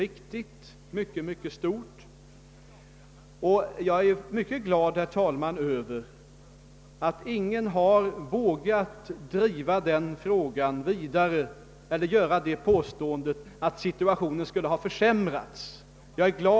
Jag är glad över att ingen har vågat påstå: att situationen skulle ha försämrats.